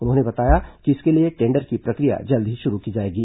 उन्होंने बताया कि इसके लिए टेंडर की प्रक्रिया जल्द ही शुरू की जाएगी